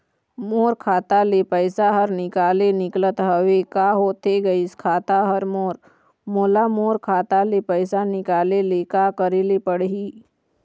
मोर खाता ले पैसा हर निकाले निकलत हवे, का होथे गइस खाता हर मोर, मोला मोर खाता ले पैसा निकाले ले का करे ले पड़ही?